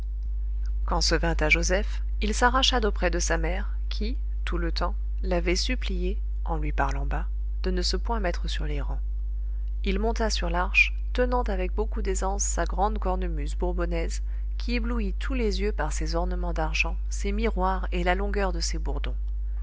quand ce vint à joseph il s'arracha d'auprès de sa mère qui tout le temps l'avait supplié en lui parlant bas de ne se point mettre sur les rangs il monta sur l'arche tenant avec beaucoup d'aisance sa grande cornemuse bourbonnaise qui éblouit tous les yeux par ses ornements d'argent ses miroirs et la longueur de ses bourdons